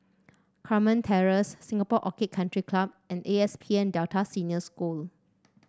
Carmen Terrace Singapore Orchid Country Club and A P S N Delta Senior School